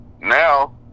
Now